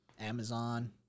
Amazon